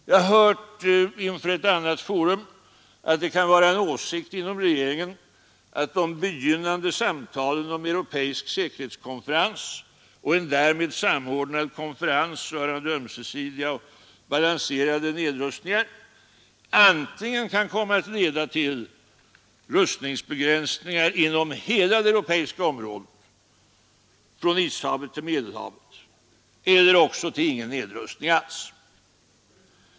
Jag har hört inför annat forum att det kan vara en åsikt inom regeringen att de begynnande samtalen om en europeisk säkerhetskonferens och en därmed samordnad konferens rörande ömsesidig och balanserad nedrustning antingen kommer att leda till rustningsbegränsningar inom hela det europeiska området från Ishavet till Medelhavet eller också till ingen nedrustning alls.